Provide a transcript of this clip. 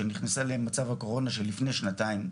שנכנסה למצב הקורונה שלפני שנתיים,